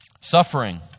Suffering